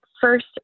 first